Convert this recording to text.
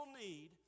need